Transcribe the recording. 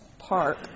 Park